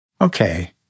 Okay